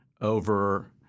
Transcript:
over